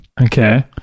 Okay